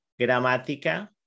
Gramática